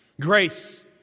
grace